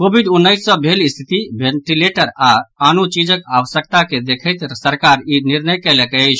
Covid उन्नैस सँ भेल स्थिति वेंटिलेटर आओर आनो चीजक आवश्यकता के देखैत सरकार ई निर्णय कयलक अछि